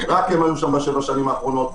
רק הם היו בשבע השנים האחרונות,